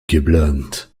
geplant